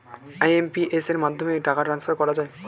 IMPS এর মাধ্যমে কত টাকা ট্রান্সফার করা যায়?